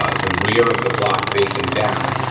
ah the rear of the block facing down.